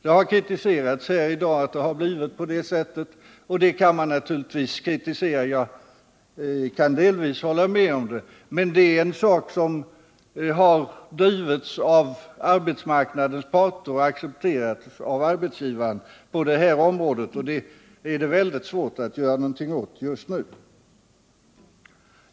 Det har i dag kritiserats att det har blivit på det sättet, och jag kan delvis hålla med om detta, men det är en sak som har drivits av arbetsmarknadens parter och accepterats av arbetsgivarna på detta område, varför det är svårt att göra någonting åt det just nu.